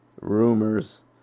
Rumors